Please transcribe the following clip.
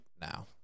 now